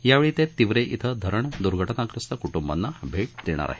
यावेळी ते तिवरे धिं धरण दुर्घटनाग्रस्त कुटुंबांना ते भेट देणार आहेत